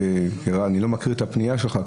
אני לא מכיר את הפנייה שלך,